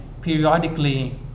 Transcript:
periodically